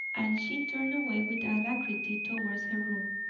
and she turned away with alacrity towards her room.